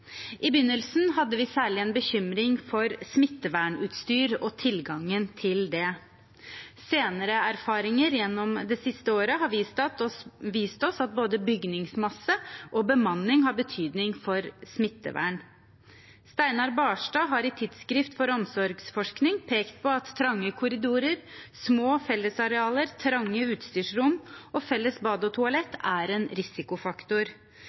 I begynnelsen hadde vi særlig en bekymring for smittevernutstyr og tilgangen til det. Senere erfaringer gjennom det siste året har vist oss at både bygningsmasse og bemanning har betydning for smittevern. Steinar Barstad har i Tidsskrift for omsorgsforskning pekt på at trange korridorer, små fellesarealer, trange utstyrsrom og felles bad og toalett er en risikofaktor.